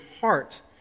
Heart